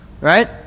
Right